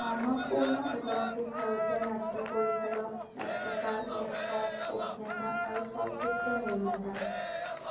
মানৱ কৌল এগৰাকী ভাৰতীয় নাট্য পৰিচালক নাট্যকাৰ লেখক অভিনেতা আৰু চলচ্চিত্ৰ নিৰ্মাতা